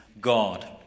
God